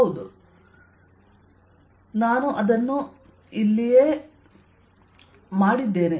ಹೌದು ನಾನು ಅದನ್ನು ಇಲ್ಲಿ ಮಾಡಿದ್ದೇನೆ